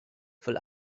füll